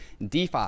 DeFi